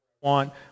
want